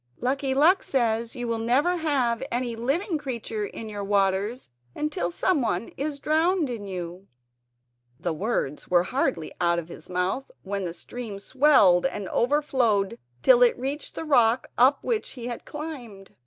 lucky luck says you will never have any living creature in your waters until someone is drowned in you the words were hardly out of his mouth when the stream swelled and overflowed till it reached the rock up which he had climbed,